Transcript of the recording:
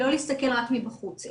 לא להסתכל רק מבחוץ,